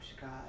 God